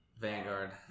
Vanguard